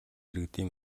иргэдийн